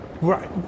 Right